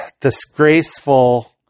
disgraceful